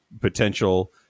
potential